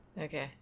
Okay